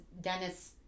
Dennis